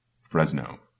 Fresno